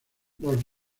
los